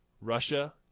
Russia